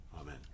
amen